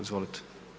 Izvolite.